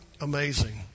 amazing